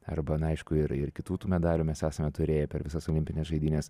arba na aišku ir ir kitų tų medalių mes esame turėję per visas olimpines žaidynes